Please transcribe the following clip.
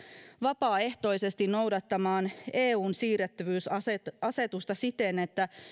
vapaaehtoisesti noudattamaan eun siirrettävyysasetusta siten että